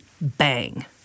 bang